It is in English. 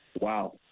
wow